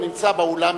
הנמצא באולם,